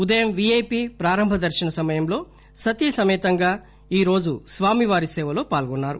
ఉదయం వీఐపీ ప్రారంభ దర్శన సమయంలో సతీ సమేతంగా ఈరోజు స్వామివారి సేవలో పాల్గొన్నారు